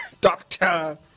Doctor